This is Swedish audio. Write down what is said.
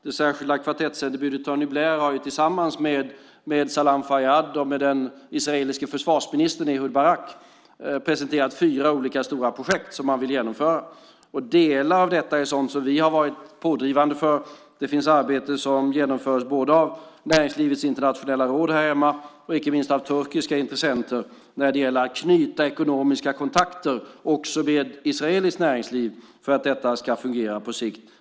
Det särskilda kvartettsändebudet Tony Blair har ju tillsammans med Salam Fayyad och med den israeliske försvarsministern Ehud Barak presenterat fyra stora projekt som man vill genomföra. Delar av detta är sådant som vi har varit pådrivande för. Det finns arbete som genomförs av Näringslivets Internationella Råd här hemma och icke minst av turkiska intressenter när det gäller att knyta ekonomiska kontakter också med israeliskt näringsliv för att detta ska fungera på sikt.